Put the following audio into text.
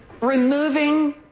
removing